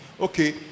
Okay